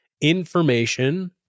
Information